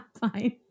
fine